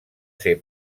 ser